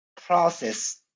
process